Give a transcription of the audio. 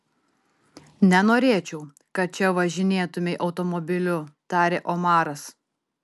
nenorėčiau kad čia važinėtumei automobiliu tarė omaras